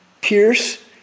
pierce